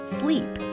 sleep